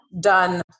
done